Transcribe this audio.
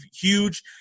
huge